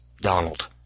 Donald